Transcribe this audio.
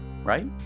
Right